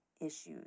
issues